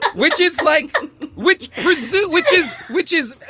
which is like which which is. which is,